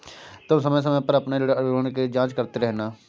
तुम समय समय पर अपने ऋण विवरण की जांच करते रहना